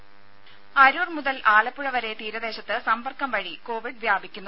രുമ അരൂർ മുതൽ ആലപ്പുഴ വരെ തീരദേശത്ത് സമ്പർക്കം വഴി കോവിഡ് വ്യാപിക്കുന്നു